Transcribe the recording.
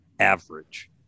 Average